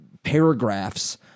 paragraphs